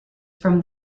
from